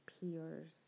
peers